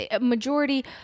majority